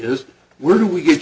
is were do we get